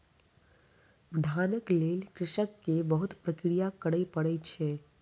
धानक लेल कृषक के बहुत प्रक्रिया करय पड़ै छै